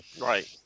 Right